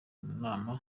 nama